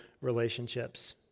relationships